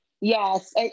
Yes